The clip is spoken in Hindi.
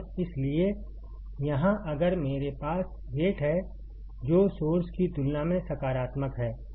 इसलिए यहां अगर मेरे पास गेट है जो सोर्स की तुलना में सकारात्मक है